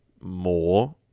more